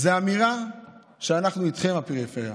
הוא אמירה שאנחנו איתכם, הפריפריה,